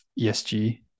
esg